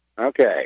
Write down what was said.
okay